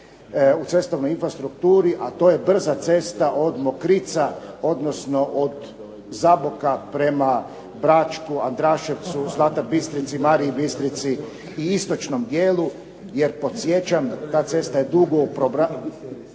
u cestovnoj infrastrukturi, a to je brza cesta od Mokrica, odnosno od Zaboka prema Bračku, Andraševcu, Zlatar Bistrici, Mariji Bistrici i istočnom dijelu jer podsjećam ta cesta je dugo u programu,